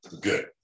good